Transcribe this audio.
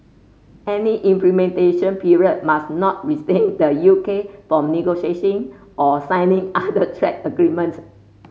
any implementation period must not restrain the U K from negotiating or signing other trade agreements